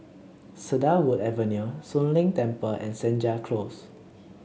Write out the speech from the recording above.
Cedarwood Avenue Soon Leng Temple and Senja Close